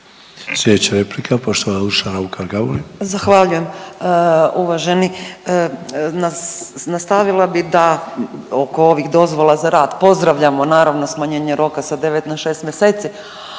**Raukar-Gamulin, Urša (Možemo!)** Zahvaljujem uvaženi. Nastavila bi da oko ovih dozvola za rad pozdravljamo naravno smanjenje roka sa 9 na 6 mjeseci,